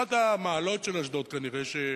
אחת המעלות של אשדוד, כנראה,